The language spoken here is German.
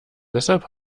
deshalb